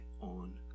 on